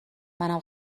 منم